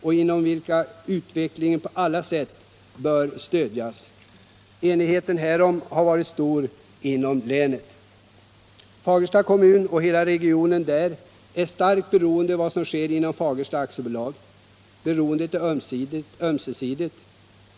Där bör utvecklingen på alla sätt stödjas. Enigheten härom har varit stor inom länet. Fagersta kommun och hela regionen är starkt beroende av vad som sker inom Fagersta AB. Beroendet är ömsesidigt.